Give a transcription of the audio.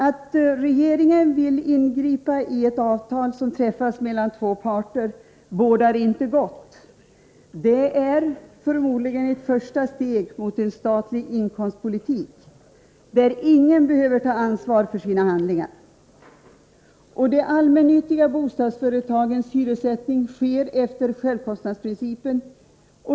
Att regeringen vill ingripa i ett avtal som träffats mellan två parter bådar inte gott. Det är förmodligen ett första steg mot en statlig inkomstpolitik, där ingen behöver ta ansvar för sina handlingar. De allmännyttiga bostadsföretagens hyressättning sker efter självkostnadsprincipen.